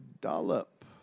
Dollop